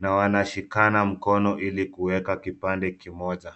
na wana shikana mkono ili kuweka kipande kimoja.